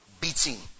beating